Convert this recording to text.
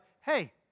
hey